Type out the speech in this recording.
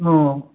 औ